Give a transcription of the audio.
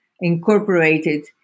incorporated